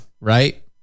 Right